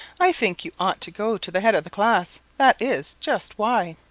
i think you ought to go to the head of the class. that is just why.